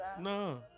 No